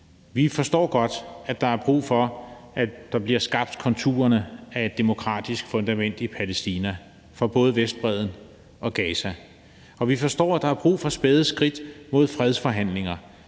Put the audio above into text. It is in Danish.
Vi forstår godt, at der er brug for, at der bliver skabt konturerne af et demokratisk fundament i Palæstina på både Vestbredden og i Gaza, og vi forstår, at der er brug for spæde skridt mod fredsforhandlinger,